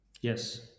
Yes